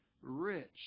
rich